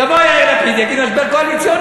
יבוא יאיר לפיד ויגיד: משבר קואליציוני,